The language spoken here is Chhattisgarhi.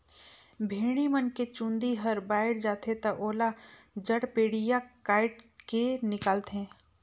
भेड़ी मन के चूंदी हर बायड जाथे त ओला जड़पेडिया कायट के निकालथे